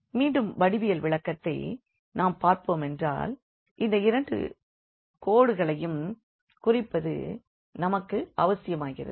மீண்டும் வடிவியல் விளக்கத்தை நாம் பார்ப்போமென்றால் இந்த இரண்டு கோடுகளையும் குறிப்பது நமக்கு அவசியமாகிறது